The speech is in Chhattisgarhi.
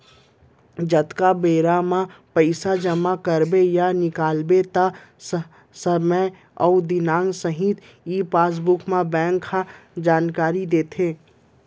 जतका बेर पइसा जमा करबे या निकालबे त समे अउ दिनांक सहित ई पासबुक म बेंक ह जानकारी देथे